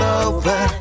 over